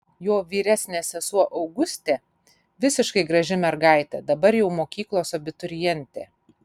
jo vyresnė sesuo augustė visiškai graži mergaitė dabar jau mokyklos abiturientė